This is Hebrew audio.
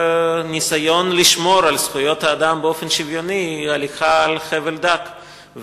וניסיון לשמור על זכויות האדם באופן שוויוני הוא הליכה על חבל דק,